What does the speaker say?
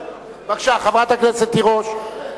בבקשה, חברת הכנסת תירוש.